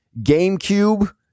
GameCube